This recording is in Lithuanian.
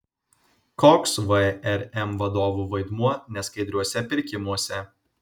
koks vrm vadovų vaidmuo neskaidriuose pirkimuose